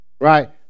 Right